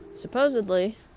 Supposedly